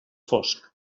fosc